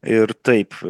ir taip